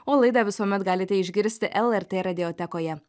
o laidą visuomet galite išgirsti lrt radiotekoje